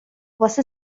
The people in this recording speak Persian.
واسه